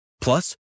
Plus